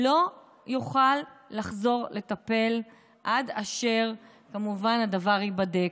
לא יוכל לחזור לטפל עד אשר כמובן הדבר ייבדק.